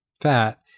fat